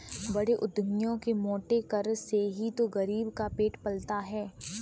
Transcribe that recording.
बड़े उद्यमियों के मोटे कर से ही तो गरीब का पेट पलता है